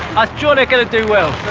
ah sure they're going to do well.